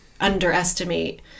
underestimate